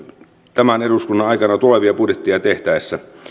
tämän eduskunnan aikana tulevia budjetteja tehtäessä